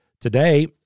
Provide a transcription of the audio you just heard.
Today